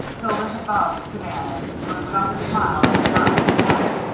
hilda had bowed to bannon, but without the smile and the nod that he liked.